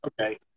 okay